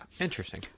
Interesting